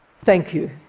thank you.